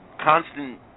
constant